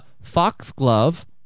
Foxglove